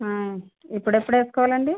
ఎప్పుడు ఎప్పుడు వేసుకోవాలి అండి